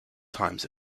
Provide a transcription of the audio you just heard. times